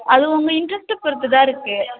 அது உங்கள் இன்ட்ரெஸ்ட்டு பொருத்து தான் இருக்குது